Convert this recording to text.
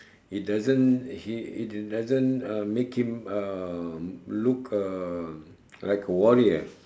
he doesn't he he did doesn't uh make him uh look uh like a warrior